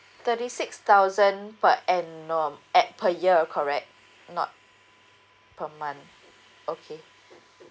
thirty six thousand per annum at per year correct not per month okay